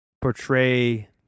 portray